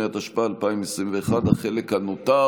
38), התשפ"א 2021, החלק הנותר.